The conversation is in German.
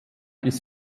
bis